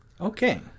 Okay